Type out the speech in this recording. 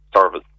service